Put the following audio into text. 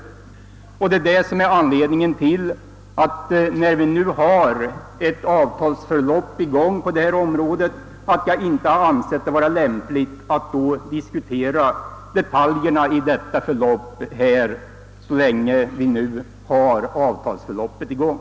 Det är alltså detta som är anledningen till att jag anser det inte vara lämpligt att vi här skulle diskutera detaljerna i avtalsförloppet så länge detta är i gång.